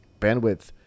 bandwidth